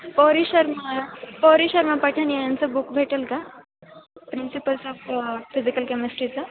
पुरी शर्मा पुरी शर्मा पठानिया यांचं बुक भेटेल का प्रिन्सिपल्स ऑफ फिजिकल केमिस्ट्रीचं